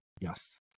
Yes